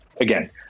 again